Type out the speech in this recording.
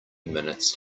minutes